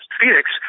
Phoenix